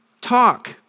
talk